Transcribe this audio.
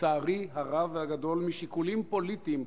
לצערי הרב והגדול, משיקולים פוליטיים,